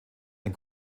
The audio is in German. ein